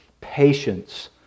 patience